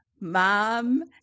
mom